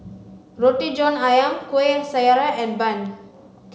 roti john ayam kuih syara and bun